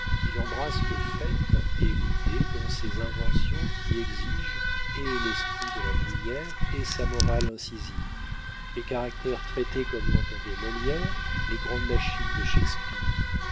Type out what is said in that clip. il embrasse le fait et l'idée dans ses inventions qui exigent et l'esprit de la bruyère et sa morale incisive les caractères traités comme l'entendait molière les grandes machines de shakspeare